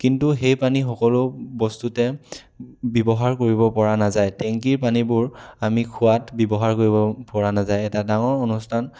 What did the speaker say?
কিন্তু সেই পানী সকলো বস্তুতে ব্যৱহাৰ কৰিব পৰা নাযায় টেংকীৰ পানীবোৰ আমি খোৱাত ব্যৱহাৰ কৰিব পৰা নাযায় এটা ডাঙৰ অনুষ্ঠান